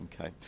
Okay